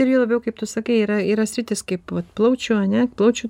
ir juo labiau kaip tu sakai yra yra sritys kaip vat plaučių ane plaučių